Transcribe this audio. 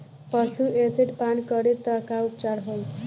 पशु एसिड पान करी त का उपचार होई?